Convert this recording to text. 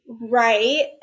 right